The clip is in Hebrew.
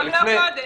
גם לא קודם.